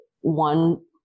one